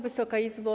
Wysoka Izbo!